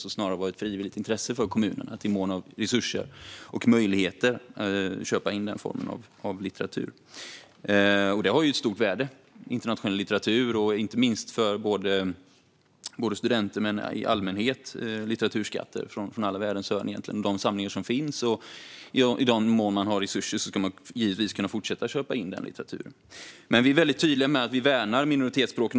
Det bör snarare vara ett frivilligt intresse för kommunen att, i mån av resurser och möjligheter, köpa in den formen av litteratur. Internationell litteratur har ett stort värde, inte minst för studenter men även i allmänhet. Det finns litteraturskatter från världens alla hörn, och i den mån man har resurser ska man givetvis kunna fortsätta köpa in den litteraturen. Vi är väldigt tydliga med att vi värnar minoritetsspråken.